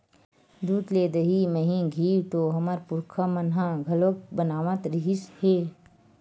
दूद ले दही, मही, घींव तो हमर पुरखा मन ह घलोक बनावत रिहिस हे